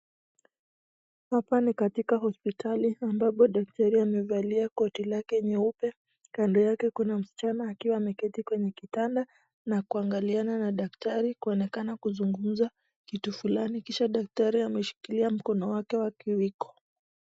Hapa ni katika hospitali ambapo daktari amevalia koti lake nyeupe. Kando yake kuna msichana akiwa ameketi kwenye kitanda na kuangaliana na daktari kuonekana kuzungumza kitu fulani kisha daktari ameshikilia mkono wake wa kiwiko .